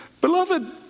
Beloved